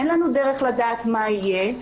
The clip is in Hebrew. אין לנו דרך לדעת מה יהיה.